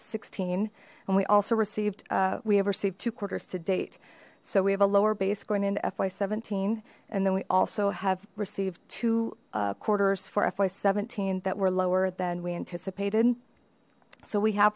sixteen and we also received we have received two quarters to date so we have a lower base going into fy seventeen and then we also have received two quarters for fy seventeen that were lower than we anticipated so we have